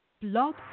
blog